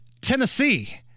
tennessee